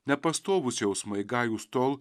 nepastovūs jausmai gajūs tol